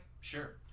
Sure